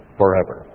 forever